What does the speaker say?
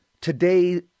Today